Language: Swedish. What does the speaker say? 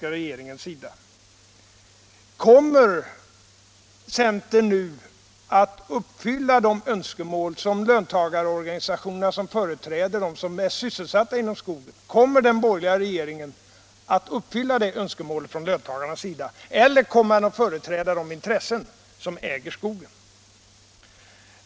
Jag frågar nu: Kommer centern att uppfylla önskemålen från löntagarorganisationerna, som företräder dem som är sysselsatta inom skogsbruket? Kommer den borgerliga regeringen att fylla 88 det önskemålet från löntagarna, eller kommer regeringen att bara fö reträda deras intressen som äger skogen?